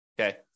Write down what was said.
Okay